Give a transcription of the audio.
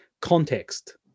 Context